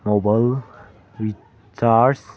mobile recharge